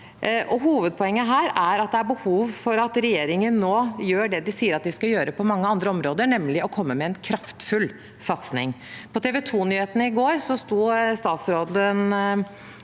Hovedpoenget her er at det er behov for at regjeringen nå gjør det de sier at de skal gjøre på mange andre områder, nemlig å komme med en kraftfull satsing. På TV 2-nyhetene i går sto statsråden